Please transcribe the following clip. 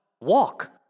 Walk